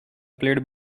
played